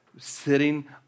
sitting